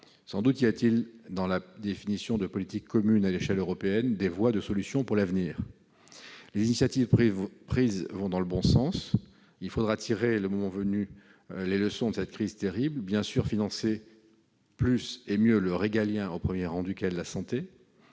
Sans doute y a-t-il dans la définition de politiques communes à l'échelle européenne des voies de solution pour l'avenir. Les initiatives prises vont dans le bon sens. Il faudra tirer le moment venu toutes les leçons de cette crise terrible. Il faudra bien sûr financer plus et mieux le régalien, au premier rang duquel le système